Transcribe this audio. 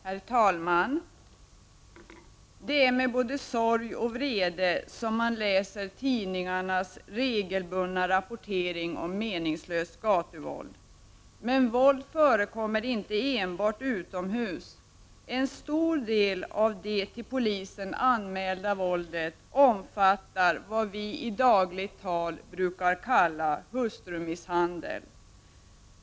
Herr talman! Det är med både sorg och vrede man läser tidningarnas regelbundna rapportering om meningslöst gatuvåld. Våld förekommer dock inte enbart utomhus. En stor del av det till polisen anmälda våldet omfattar vad vi i dagligt tal brukar kalla hustrumisshandel.